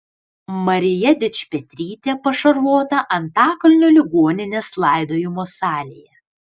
marija dičpetrytė pašarvota antakalnio ligoninės laidojimo salėje